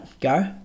go